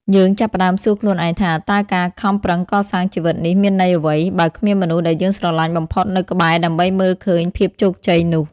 យើងចាប់ផ្តើមសួរខ្លួនឯងថា តើការខំប្រឹងកសាងជីវិតនេះមានន័យអ្វី បើគ្មានមនុស្សដែលយើងស្រឡាញ់បំផុតនៅក្បែរដើម្បីមើលឃើញភាពជោគជ័យនោះ?